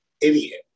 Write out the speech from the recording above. idiot